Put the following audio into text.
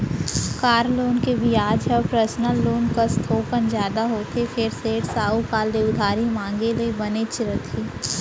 car loan के बियाज ह पर्सनल लोन कस थोकन जादा होथे फेर सेठ, साहूकार ले उधारी मांगे ले बनेच रथे